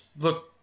look